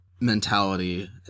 mentality